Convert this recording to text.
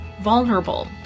vulnerable